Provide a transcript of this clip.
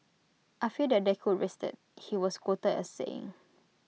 I fear that they could risk IT he was quoted as saying